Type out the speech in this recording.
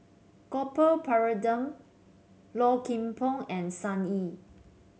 Gopal Baratham Low Kim Pong and Sun Yee